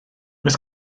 oes